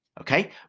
Okay